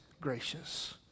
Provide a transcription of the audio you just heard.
gracious